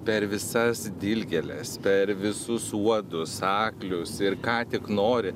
per visas dilgėles per visus uodus aklius ir ką tik nori